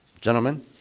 Gentlemen